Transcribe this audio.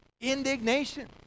indignation